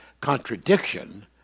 contradiction